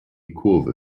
kurve